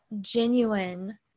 genuine